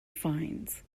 fines